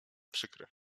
przykry